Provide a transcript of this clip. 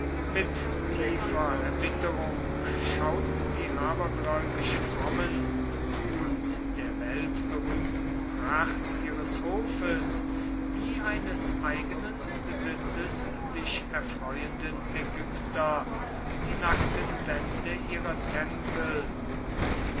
mit tiefer erbitterung schauten die abergläubisch frommen und der weltberühmten pracht ihres hofes wie eines eigenen besitzes sich erfreuenden ägypter die nackten wände ihrer tempel und